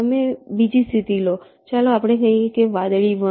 તમે બીજી સ્થિતિ લો ચાલો આપણે કહીએ કે વાદળી 1